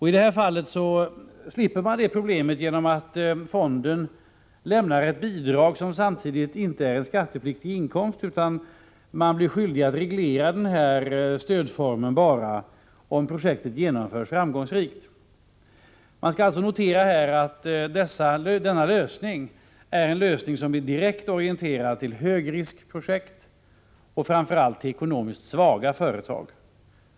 I det här fallet slipper man ifrån problemet genom att fonden lämnar ett bidrag som inte behöver tas upp som skattepliktig inkomst, utan man blir skyldig att reglera stödformen bara om projektet genomförs framgångsrikt. Man skall alltså notera att denna lösning är direkt orienterad till högriskprojekt och till framför allt ekonomiskt svaga företag.